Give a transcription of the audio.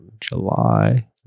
July